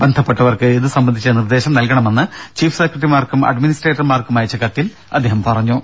ബന്ധപ്പെട്ടവർക്ക് ഇതുസംബന്ധിച്ച നിർദ്ദേശം നൽകണമെന്ന് ചീഫ് സെക്രട്ടറിമാർക്കും അഡ്മിനിസ്ട്രേറ്റർമാർക്കും അയച്ച കത്തിൽ അദ്ദേഹം പറഞ്ഞു